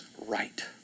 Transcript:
right